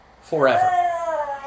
forever